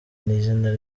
izina